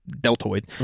deltoid